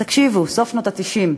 תקשיבו, סוף שנות ה-90,